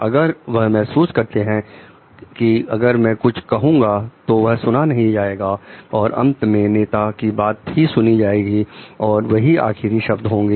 अगर वह महसूस करते हैं कि अगर मैं कुछ कहूंगा तो वह सुना नहीं जाएगा और अंत में नेता की बात ही सुनी जाएगी और वही आखिरी शब्द होंगे